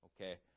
okay